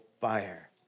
fire